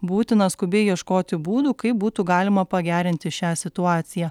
būtina skubiai ieškoti būdų kaip būtų galima pagerinti šią situaciją